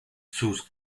sus